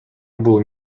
бул